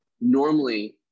normally